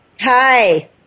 Hi